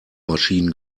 maschinen